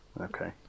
Okay